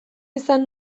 izan